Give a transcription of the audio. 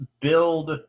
build